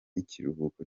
ikiruhuko